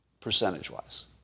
percentage-wise